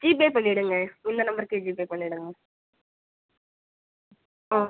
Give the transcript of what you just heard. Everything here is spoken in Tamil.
ஜிபே பண்ணிவிடுங்க இந்த நம்பருக்கே ஜிபே பண்ணிவிடுங்க ஆன்